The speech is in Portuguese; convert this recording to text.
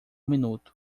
minuto